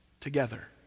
together